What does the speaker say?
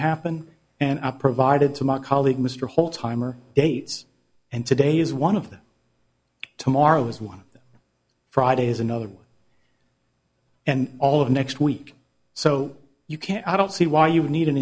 happen and i provided to my colleague mr hall time or dates and today is one of them tomorrow is one friday is another and all of next week so you can't i don't see why you need an